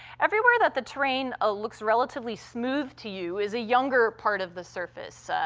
everywhere that the terrain ah looks relatively smooth to you is a younger part of the surface,